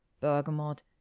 Bergamot